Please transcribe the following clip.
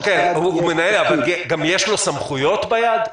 אוקיי, הוא מנהל, אבל גם יש לו סמכויות ביד?